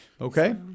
Okay